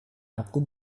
aku